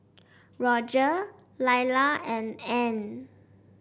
Rodger Lyla and Ann